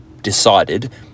decided